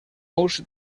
ous